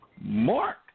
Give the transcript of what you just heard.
Mark